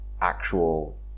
actual